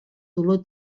dolor